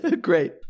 great